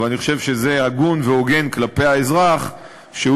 אבל אני חושב שזה הגון והוגן כלפי האזרח שהוא